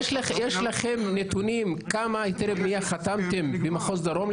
יש לכם נתונים כמה היתרי בנייה חתמתם במחוז דרום,